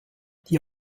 die